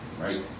right